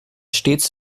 stets